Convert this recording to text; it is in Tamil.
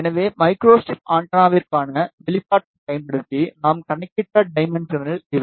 எனவே மைக்ரோஸ்ட்ரிப் ஆண்டெனாவிற்கான வெளிப்பாட்டைப் பயன்படுத்தி நாம் கணக்கிட்ட டைமென்ஷன்கள் இவை